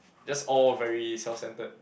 just all very self centered